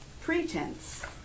pretense